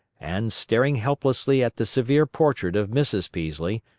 and, staring helplessly at the severe portrait of mrs. peaslee,